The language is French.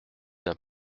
d’un